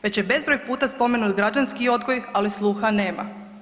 Već je bezbroj puta spomenut građanski odgoj, ali sluha nema.